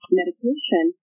medication